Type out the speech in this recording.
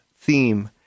theme